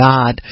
God